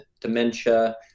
dementia